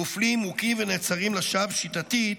מופלים, מוכים ונעצרים לשווא שיטתית,